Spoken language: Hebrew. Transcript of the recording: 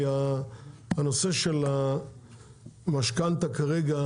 כי הנושא של המשכנתה כרגע,